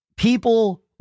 People